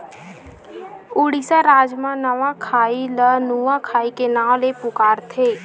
उड़ीसा राज म नवाखाई ल नुआखाई के नाव ले पुकारथे